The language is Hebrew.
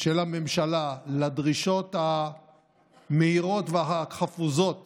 של הממשלה לדרישות המהירות והחפוזות